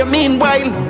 Meanwhile